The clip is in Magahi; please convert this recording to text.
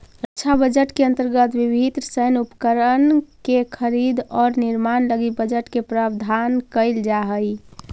रक्षा बजट के अंतर्गत विभिन्न सैन्य उपकरण के खरीद औउर निर्माण लगी बजट के प्रावधान कईल जाऽ हई